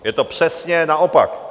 Je to přesně naopak.